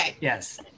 Yes